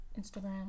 Instagram